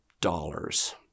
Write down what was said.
dollars